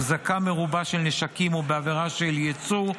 החזקה מרובה של נשקים או בעבירה של ייצור,